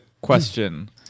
question